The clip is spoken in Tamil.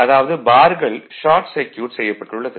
அதாவது பார்கள் ஷார்ட் சர்க்யூட் செய்யப்பட்டுள்ளது